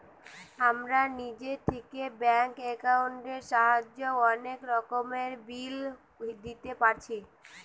আমরা নিজে থিকে ব্যাঙ্ক একাউন্টের সাহায্যে অনেক রকমের বিল দিতে পারছি